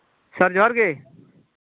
ᱥᱮᱨ ᱡᱚᱦᱟᱨ ᱜᱮ